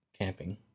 camping